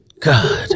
God